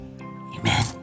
amen